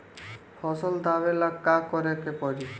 फसल दावेला का करे के परी?